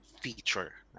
feature